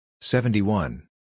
seventy-one